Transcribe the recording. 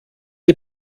die